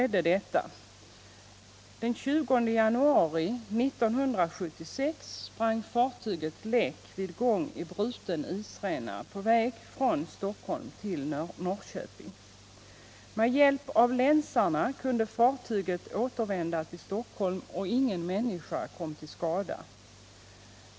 Den 20 januari 1976 sprang fartyget läck vid gång i bruten isränna på väg från Stockholm till Norrköping. Med hjälp av länsanordningarna kunde fartyget återvända till Stockholm och ingen människa kom till skada.